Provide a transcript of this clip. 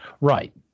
Right